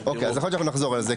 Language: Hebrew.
אוקיי, אז אחר כך נחזור לזה.